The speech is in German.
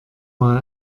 mal